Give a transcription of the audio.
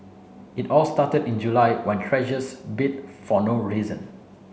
it all started in July when Treasures bit for no reason